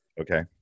Okay